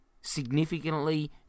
significantly